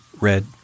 red